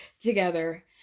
together